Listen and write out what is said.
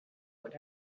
would